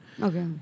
Okay